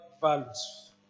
values